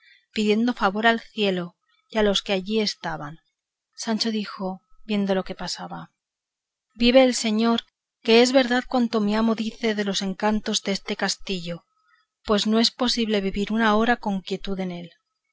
pidiendo favor al cielo y a los que allí estaban sancho dijo viendo lo que pasaba vive el señor que es verdad cuanto mi amo dice de los encantos deste castillo pues no es posible vivir una hora con quietud en él